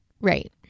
Right